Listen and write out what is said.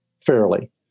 fairly